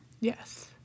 Yes